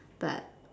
but